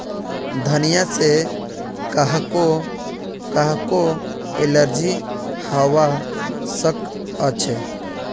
धनिया से काहको काहको एलर्जी हावा सकअछे